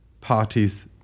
parties